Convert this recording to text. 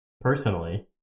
personally